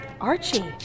Archie